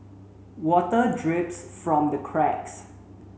water drips from the cracks